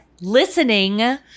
listening